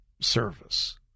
service